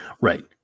right